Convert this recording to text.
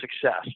success